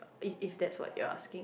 if it's that's what you're asking